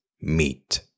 meet